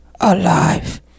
alive